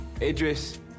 Idris